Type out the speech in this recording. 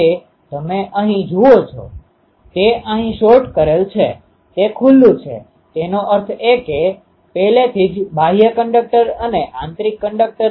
તેથી તમે જોશો કે આ એરે અક્ષ છે તેથી આ 0° છે તેનો અર્થ એ કે અહીં એક નલ છે આ 0° છે આ 180° છે કારણ કે આ ખૂણો 180° છે